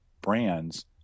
brands